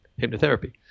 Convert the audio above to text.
hypnotherapy